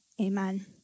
Amen